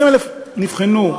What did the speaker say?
20,000 נבחנו,